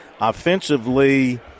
Offensively